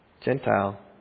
Gentile